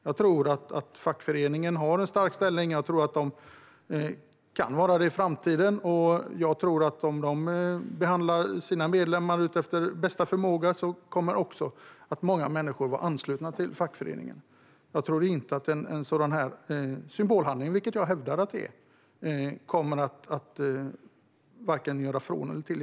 Jag tror att fackföreningarna har en stark ställning och kan ha det även i framtiden. Om de behandlar sina medlemmar efter bästa förmåga tror jag också att många människor kommer att vara anslutna till fackföreningar. Jag tror inte att en sådan här symbolhandling, vilket jag hävdar att det är, kommer att göra vare sig från eller till.